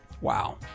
wow